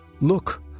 Look